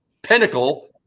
Pinnacle